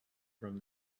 from